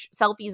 selfies